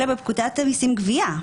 אלא בפקודת המסים (גבייה),